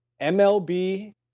MLB